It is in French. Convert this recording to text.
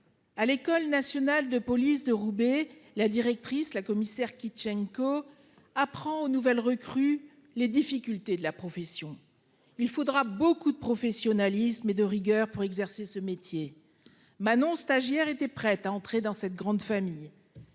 À l'École nationale de police de Roubaix, la directrice, la commissaire qui Ishchenko. Apprend aux nouvelles recrues. Les difficultés de la profession. Il faudra beaucoup de professionnalisme et de rigueur pour exercer ce métier. Manon stagiaire était prête à entrer dans cette grande famille.